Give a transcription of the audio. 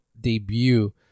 debut